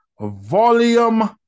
Volume